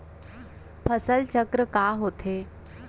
फसल चक्र का होथे?